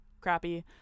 crappy